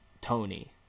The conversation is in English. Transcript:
Tony